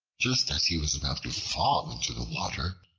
just as he was about to fall into the water,